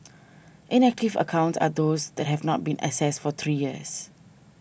inactive accounts are those that have not been accessed for three years